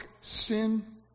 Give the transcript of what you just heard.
sin